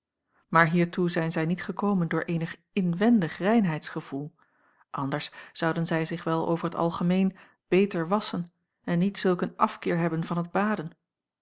maar hiertoe zijn zij niet gekomen door eenig inwendig reinheidsgevoel anders zouden zij zich wel over t algemeen beter wasschen en niet zulk een afkeer hebben van het baden